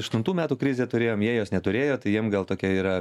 aštuntų metų krizę turėjom jie jos neturėjo tai jiem gal tokia yra